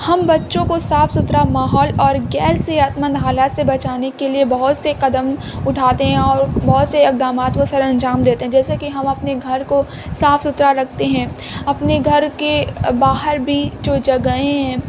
ہم بچوں کو صاف ستھرا ماحول اور غیر صحت مند حالات سے بچانے کے لیے بہت سے قدم اٹھاتے ہیں اور بہت سے اقدامات کو سر انجام دیتے ہیں جیسے کہ ہم اپنے گھر کو صاف ستھرا رکھتے ہیں اپنے گھر کے باہر بھی جو جگہیں ہیں